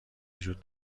وجود